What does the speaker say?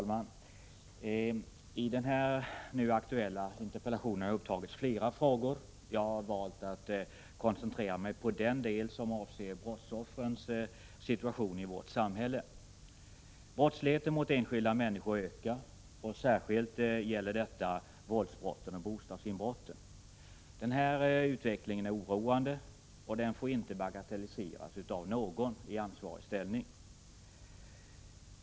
Herr talman! I den nu aktuella interpellationen har upptagits flera frågor. Jag har valt att koncentrera mig på den del som avser brottsoffrens situation i vårt samhälle. Brottsligheten mot enskilda människor ökar, och särskilt gäller detta våldsbrotten och bostadsinbrotten. Denna utveckling är oroande och får inte bagatelliseras av någon i ansvarig ställning.